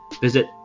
Visit